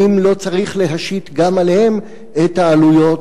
האם לא צריך להשית גם עליהם את העלויות